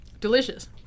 Delicious